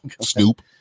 Snoop